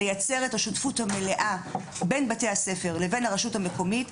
לייצר את השותפות המלאה בין בתי הספר לבין הרשות המקומית.